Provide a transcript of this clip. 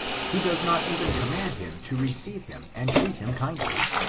he does not even command him to receive him and treat him kindly.